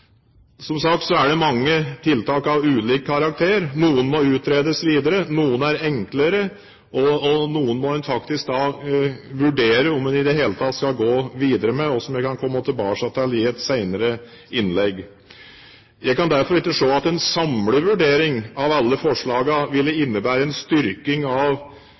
Som sagt, så er det mange tiltak av ulik karakter. Noen må utredes videre, noen er enklere, og noen må en faktisk vurdere om en i det hele tatt skal gå videre med, og hvordan en kan komme tilbake til senere. Jeg kan derfor ikke se at en samlet vurdering av alle forslagene ville innebære en styrking av